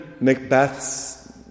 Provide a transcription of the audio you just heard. Macbeth's